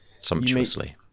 Sumptuously